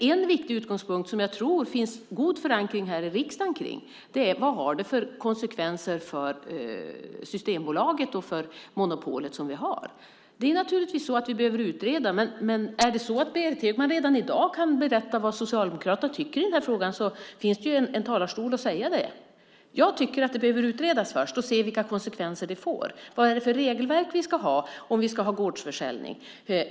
En viktig utgångspunkt, som jag tror att det finns god förankring för här i riksdagen, är denna: Vad har det för konsekvenser för Systembolaget och det monopol vi har? Det är naturligtvis så att vi behöver utreda detta, men är det så att Berit Högman redan i dag kan berätta vad Socialdemokraterna tycker i den här frågan så finns det ju en talarstol att säga det från. Jag tycker att det behöver utredas först så att man ser vilka konsekvenser vi får. Vad är det för regelverk vi ska ha om vi ska ha gårdsförsäljning?